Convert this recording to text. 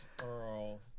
Earl